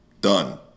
Done